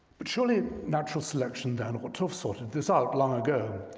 but surely, natural selection, then, ought to have sorted this out long ago.